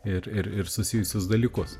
ir ir ir susijusius dalykus